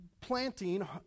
planting